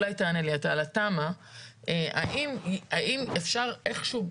האם אפשר איך שהוא,